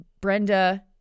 Brenda